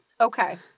Okay